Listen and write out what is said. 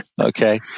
Okay